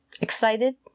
excited